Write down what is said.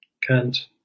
Kant